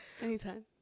Anytime